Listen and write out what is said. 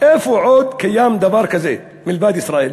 איפה עוד קיים דבר כזה מלבד בישראל?